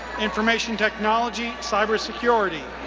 information technology, cybersecurity.